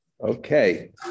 Okay